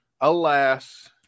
alas